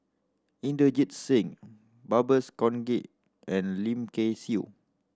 Inderjit Singh Babes Conde and Lim Kay Siu